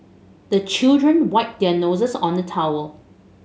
the children wipe their noses on the towel